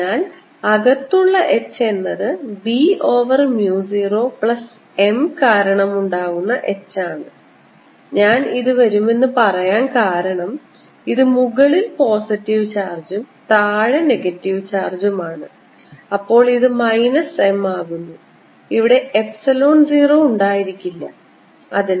അതിനാൽ അകത്തുള്ള H എന്നത് B over mu 0 plus m കാരണമുണ്ടാകുന്ന H ആണ് ഞാൻ ഇതു വരുമെന്നു പറയാൻ കാരണം ഇത് മുകളിൽ പോസിറ്റീവ് ചാർജും താഴെ നെഗറ്റീവ് ചാർജും ആണ് അപ്പോൾ ഇത് മൈനസ് m ആകുന്നു ഇവിടെ എപ്സിലോൺ 0 ഉണ്ടായിരിക്കുന്നതല്ല